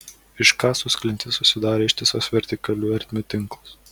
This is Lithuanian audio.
iškasus klintis susidarė ištisas vertikalių ertmių tinklas